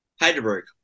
Heidelberg